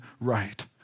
right